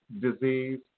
disease